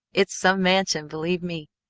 it's some mansion, believe me!